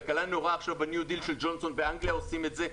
כלכלה נאורה עכשיו בניו דיל של ג'ונסון באנגליה עושה את זה.